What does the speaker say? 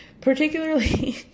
Particularly